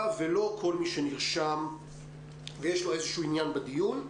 ולא כל מי שנרשם ויש לו איזה שהוא עניין בדיון.